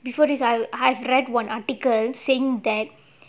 before this I've read one article saying that